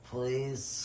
Please